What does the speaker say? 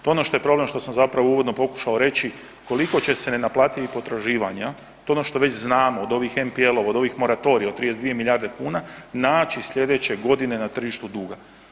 To je ono što je problem, što sam zapravo uvodno pokušao reći koliko će se nenaplativih potraživanja, to je ono što već znamo od ovih MPL-ova, od ovih moratorija od 32 milijarde kuna naći sljedeće godine na tržištu duga.